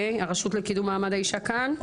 --- הרשות לקידום מעמד האישה כאן,